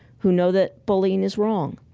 who know that bullying is wrong,